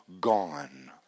gone